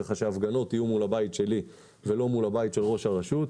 כך שההפגנות יהיו מול הבית שלי ולא מול הבית של ראש הרשות,